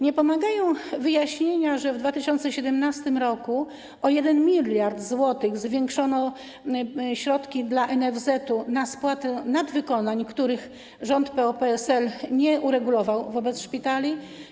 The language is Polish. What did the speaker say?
Nie pomagają wyjaśnienia, że w 2017 r. o 1 mld zł zwiększono środki dla NFZ-u na spłatę nadwykonań, których rząd PO-PSL nie uregulował wobec szpitali.